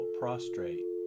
prostrate